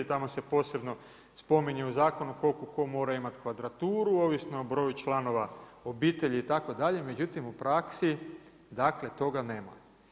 Tamo se posebno spominje u zakonu koliko ko mora imati kvadraturu ovisno o broju članova obitelji itd. međutim u praksi toga nema.